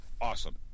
awesome